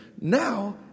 Now